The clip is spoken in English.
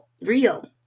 real